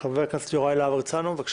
חבר הכנסת יוראי להב הרצנו, בבקשה.